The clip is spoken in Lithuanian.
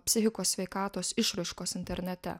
psichikos sveikatos išraiškos internete